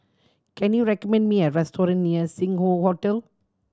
can you recommend me a restaurant near Sing Hoe Hotel